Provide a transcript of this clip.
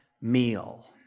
meal